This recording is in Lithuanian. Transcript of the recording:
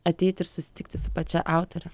ateiti ir susitikti su pačia autore